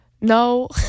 No